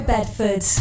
Bedford